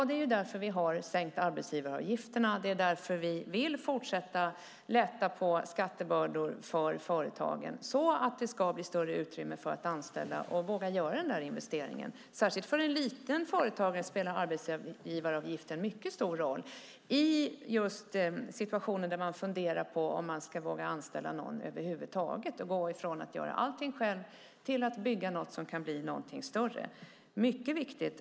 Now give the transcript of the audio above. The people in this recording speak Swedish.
Det är därför som vi har sänkt arbetsgivaravgifterna, och det är därför som vi vill fortsätta lätta på skattebördor för företagen så att det ska bli större utrymme för dem att anställa och våga göra investeringar. Särskilt för en liten företagare spelar arbetsgivaravgifterna mycket stor roll i just situationer där man funderar på om man ska våga anställa någon över huvud taget och gå från att göra allting själv till att bygga något som kan bli någonting större. Det är mycket viktigt.